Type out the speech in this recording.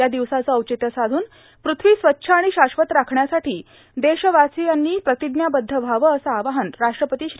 या दिवसाचं औचित्य साधून पृथ्वी स्वच्छ आणि शाश्वत राखण्यासाठी देशवासियांनी प्रतिज्ञाबद्ध व्हावं असं आवाहन राष्ट्रपती श्री